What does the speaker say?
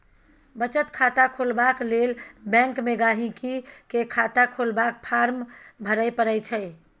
बचत खाता खोलबाक लेल बैंक मे गांहिकी केँ खाता खोलबाक फार्म भरय परय छै